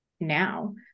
now